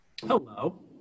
Hello